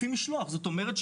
זאת אומרת,